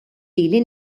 lili